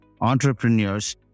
entrepreneurs